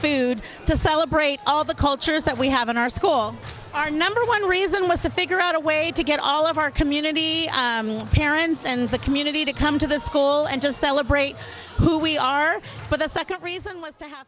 food to celebrate all the cultures that we have in our school our number one reason was to figure out a way to get all of our community parents and the community to come to the school and just celebrate who we are but the second reason was th